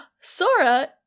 Sora